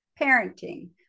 parenting